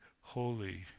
holy